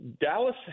Dallas